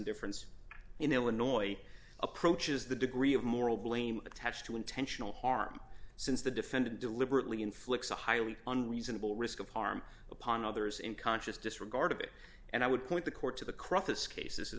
difference in illinois approaches the degree of moral blame attached to intentional harm since the defendant deliberately inflicts a highly on reasonable risk of harm upon others in conscious disregard of it and i would point the court to the crux this case